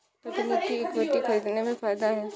तकनीकी इक्विटी खरीदने में फ़ायदा है